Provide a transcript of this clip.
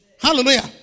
Hallelujah